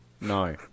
No